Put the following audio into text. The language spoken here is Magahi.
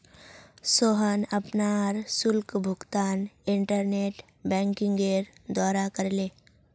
सोहन अपनार शुल्क भुगतान इंटरनेट बैंकिंगेर द्वारा करले